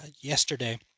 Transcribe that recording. yesterday